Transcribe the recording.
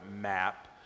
map